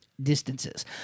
Distances